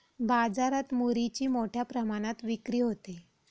बाजारात मुरीची मोठ्या प्रमाणात विक्री होते